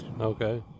okay